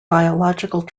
biological